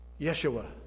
Yeshua